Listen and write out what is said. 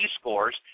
scores